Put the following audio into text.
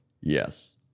Yes